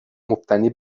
مبتنی